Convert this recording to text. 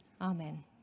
Amen